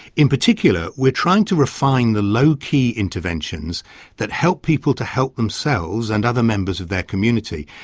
in particular we are trying to refine the low key interventions that help people to help themselves and other members of their community,